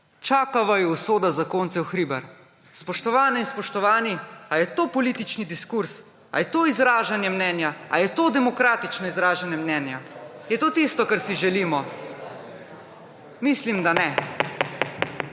čaka vaju usoda zakoncev Hribar. Spoštovane in spoštovani! Ali je to politični diskurz, ali je to izražanje mnenja, ali je to demokratično izražanje mnenja? Je to tisto, kar si želimo? Mislim, da ne.